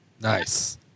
Nice